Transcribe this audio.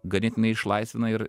ganėtinai išlaisvina ir